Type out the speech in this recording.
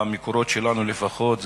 במקורות שלנו לפחות,